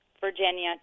Virginia